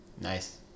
nice